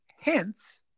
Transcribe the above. hence